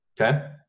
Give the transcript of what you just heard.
Okay